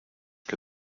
que